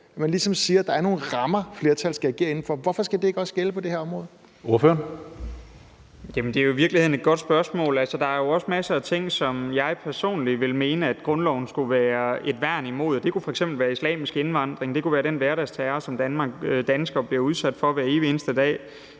Tredje næstformand (Karsten Hønge): Ordføreren. Kl. 16:22 Nick Zimmermann (DF): Det er i virkeligheden et godt spørgsmål. Der er jo også masser af ting, som jeg personligt vil mene at grundloven skulle være et værn imod. Det kunne f.eks. være islamisk indvandring, og det kunne være den hverdagsterror, som danskere bliver udsat for hver evig eneste dag